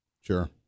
Sure